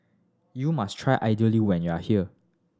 you must try Idly when you are here